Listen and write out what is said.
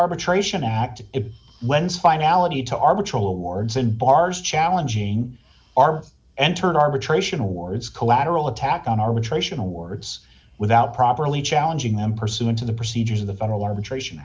arbitration act it wends finality to arbitrarily wards and bars challenging are entered arbitration awards collateral attack on arbitration awards without properly challenging them pursuant to the procedures of the federal arbitration